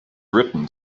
written